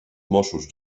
mossos